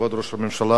כבוד ראש הממשלה,